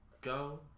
go